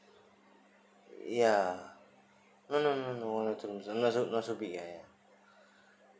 ya no no no no not so not so big ya ya